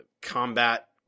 combat